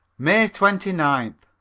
may twenty ninth.